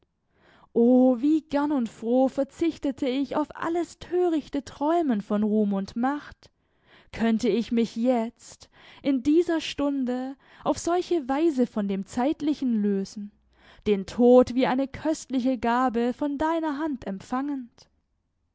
o wie gern und froh verzichtete ich auf alles törichte träumen von ruhm und macht könnte ich mich jetzt in dieser stunde auf solche weise von dem zeitlichen lösen den tod wie eine köstliche gabe von deiner hand empfahend